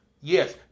Yes